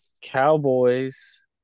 Cowboys